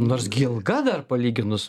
nors ilga dar palyginus